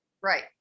Right